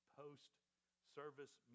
post-service